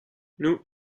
nous